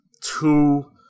two